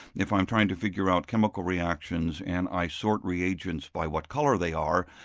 if i'm trying to figure out chemical reactions and i sort reagents by what colour they are,